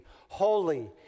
holy